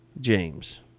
James